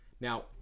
Now